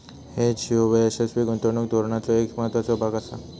hedge ह्यो यशस्वी गुंतवणूक धोरणाचो एक महत्त्वाचो भाग आसा